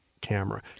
camera